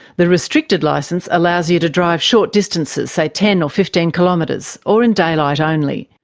the restricted licence allows you to drive short distances, say ten or fifteen kilometres, or in daylight only.